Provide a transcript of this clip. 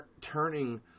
turning